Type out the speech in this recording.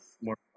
more